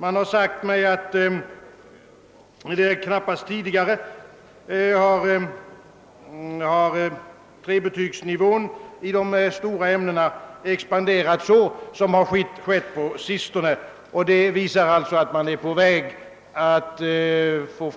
Det har sagts mig att antalet studerande på trebetygsnivån knappast någon gång tidigare har expanderat så kraftigt som på sistone. Det visar att vi är på väg att få